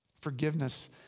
Forgiveness